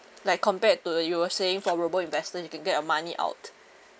like compared to the you were saying for robo investors you can get your money out